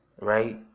right